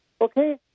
Okay